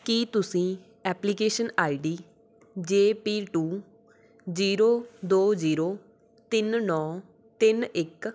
ਕੀ ਤੁਸੀਂ application I D J P two zero ਦੋ zero ਤਿੰਨ ਨੌ ਤਿੰਨ ਇੱਕ